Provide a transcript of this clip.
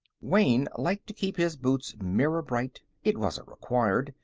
wayne liked to keep his boots mirror-bright it wasn't required,